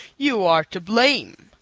you are to blame.